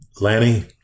Lanny